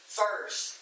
first